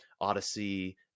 Odyssey